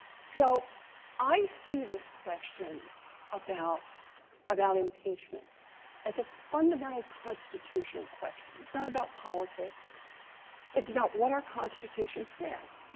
so i see this question about about impeachment as a fundamental constitutional question. it's not about politics it's about what our constitution says.